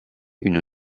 une